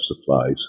supplies